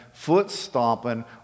foot-stomping